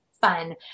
fun